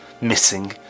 missing